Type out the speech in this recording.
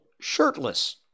shirtless